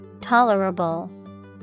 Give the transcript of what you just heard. Tolerable